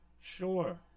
Sure